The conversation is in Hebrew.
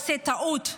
עושה טעות,